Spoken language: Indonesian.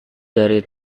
dari